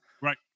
Right